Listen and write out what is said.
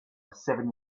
seven